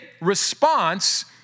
response